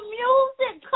music